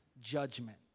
judgment